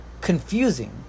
confusing